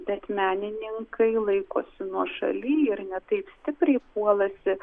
bet menininkai laikosi nuošaly ir ne taip stipriai puolasi